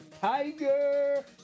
Tiger